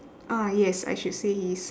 ah yes I should say he is